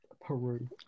Peru